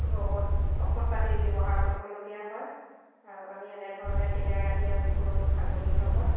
বহুত ঔষধ পাতি ব্যৱহাৰ কৰিবলগীয়া হয় আৰু আমি এনেধৰণে দিনে ৰাতিয়ে আমি গৰু ছাগলীৰ লগত